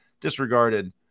disregarded